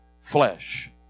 flesh